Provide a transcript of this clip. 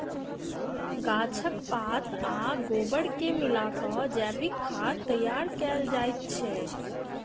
गाछक पात आ गोबर के मिला क जैविक खाद तैयार कयल जाइत छै